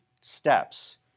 steps